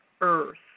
earth